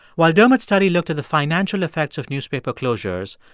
while dermot's study looked at the financial effects of newspaper closures,